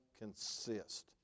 consist